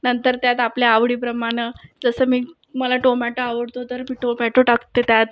नंतर त्यात आपल्या आवडीप्रमाणं जसं मी मला टोमॅटो आवडतो तर मी टोमॅटो टाकते त्यात